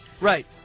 Right